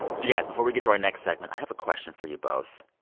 you guys, before we get to our next segment, i have a question for you both.